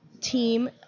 team